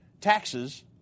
taxes